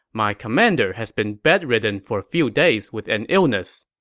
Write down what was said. my commander has been bed-ridden for a few days with an illness.